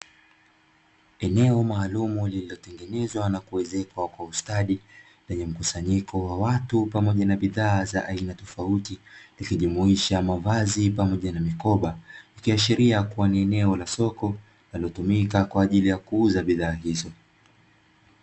Eneo maalumu lilotengenezwa na kuezekwa kwa ustadi wenye mkusanyiko wa watu pamoja na bidhaa tofauti ikihashiria ni eneo la soko linalotumika kuuza bidhaa hizo.